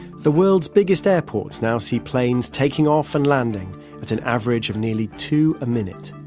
the world's biggest airports now see planes taking off and landing at an average of nearly two a minute.